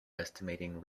estimating